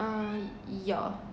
uh yeah